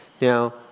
now